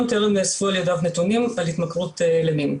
טרם נאספו על ידיו נתונים על התמכרות למין.